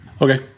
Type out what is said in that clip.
Okay